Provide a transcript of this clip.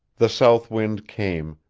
the south wind came,